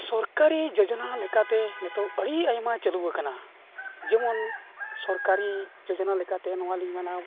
ᱥᱚᱨᱠᱟᱨᱤ ᱡᱳᱡᱚᱱᱟ ᱞᱮᱠᱟᱛᱮ ᱱᱤᱛᱳᱜ ᱟᱹᱰᱤ ᱟᱭᱢᱟ ᱪᱟᱹᱞᱩ ᱟᱠᱟᱱᱟ ᱡᱮᱢᱚᱱ ᱥᱚᱨᱠᱟᱨᱤ ᱡᱳᱡᱚᱱᱟ ᱞᱮᱠᱟᱛᱮ ᱱᱚᱣᱟᱞᱤᱧ ᱢᱮᱱᱟ